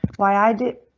why i did,